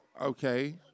Okay